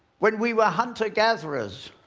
when we were hunter-gatherers,